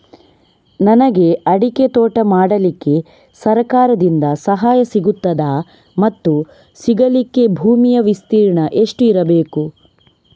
ನನಗೆ ಅಡಿಕೆ ತೋಟ ಮಾಡಲಿಕ್ಕೆ ಸರಕಾರದಿಂದ ಸಹಾಯ ಸಿಗುತ್ತದಾ ಮತ್ತು ಸಿಗಲಿಕ್ಕೆ ಭೂಮಿಯ ವಿಸ್ತೀರ್ಣ ಎಷ್ಟು ಇರಬೇಕು?